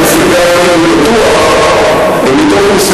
אני שמח שאתה לא חולק אבל גם אתה,